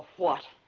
what?